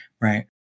Right